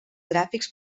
gràfics